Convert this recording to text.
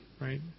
right